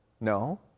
No